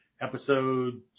episode